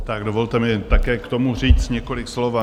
Tak dovolte mi také k tomu říct několik slov.